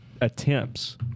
attempts